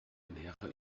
ernähre